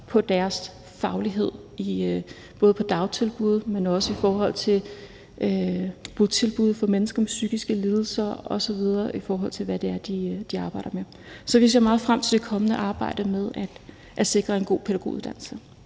på deres faglighed, både i dagtilbud, men også på botilbud for mennesker med psykiske lidelser osv., altså i forhold til hvad det er, man arbejder med på det område? Så vi ser meget frem til det kommende arbejde med at sikre en god pædagoguddannelse.